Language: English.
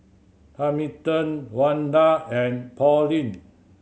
Hamilton Wanda and Pauline